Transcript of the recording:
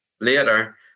later